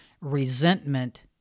resentment